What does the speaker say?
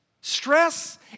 Stress